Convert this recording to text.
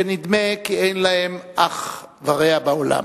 שנדמה כי אין להם אח ורע בעולם.